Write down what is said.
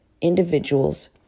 individuals